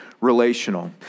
relational